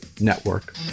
Network